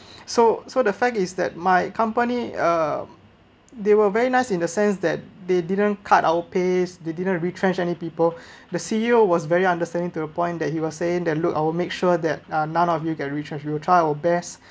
so so the fact is that my company uh they were very nice in the sense that they didn't cut our pays they didn't retrenched any people the C_E_O was very understanding to the point that he was saying that look I'll make sure that uh none of you get retrench we’ll try our best